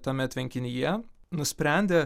tame tvenkinyje nusprendė